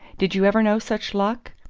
did you ever know such luck?